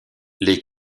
les